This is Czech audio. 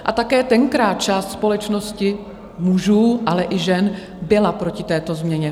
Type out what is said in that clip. A také tenkrát část společnosti mužů, ale i žen byla proti této změně.